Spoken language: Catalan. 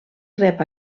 rep